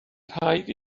rhaid